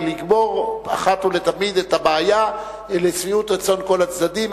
לגמור אחת ולתמיד את הבעיה לשביעות רצון כל הצדדים.